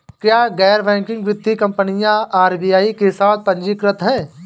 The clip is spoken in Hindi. क्या गैर बैंकिंग वित्तीय कंपनियां आर.बी.आई के साथ पंजीकृत हैं?